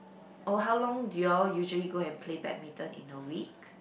or how long do you all usually go and play badminton in a week